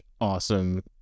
awesome